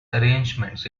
arrangements